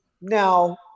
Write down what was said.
Now